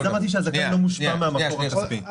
בגלל זה אמרתי שהזכאי לא מושפע מהמקור הכספי.